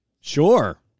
Sure